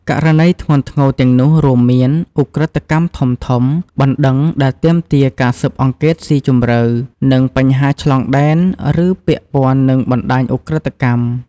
ករណីធ្ងន់ធ្ងរទាំងនោះរួមមាន ឧក្រិដ្ឋកម្មធំៗ បណ្តឹងដែលទាមទារការស៊ើបអង្កេតស៊ីជម្រៅ និងបញ្ហាឆ្លងដែន ឬពាក់ព័ន្ធនឹងបណ្តាញឧក្រិដ្ឋកម្ម។